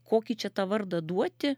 kokį čia tą vardą duoti